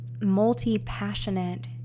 multi-passionate